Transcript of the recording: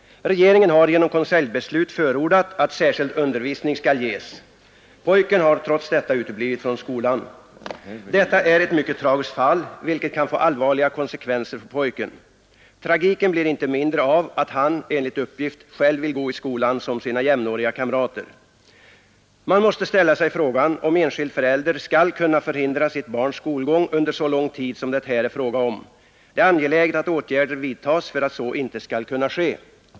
Regeringen har genom konseljbeslut förordat att särskild undervisning skall ges. Pojken har trots detta uteblivit från skolan. Detta är ett mycket tragiskt fall, vilket kan få allvarliga konsekvenser för pojken. Tragiken blir inte mindre av att han, enligt uppgift, själv vill gå i skolan som sina jämnåriga kamrater. Man måste ställa ,sig frågan om en enskild förälder skall kunna förhindra sitt barns skolgång under så lång tid som det här är frågan om. Det är angeläget att åtgärder vidtas för att så inte skall kunna ske.